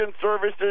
services